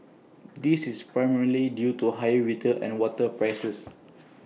this is primarily due to higher retail and water prices